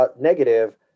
negative